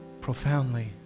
profoundly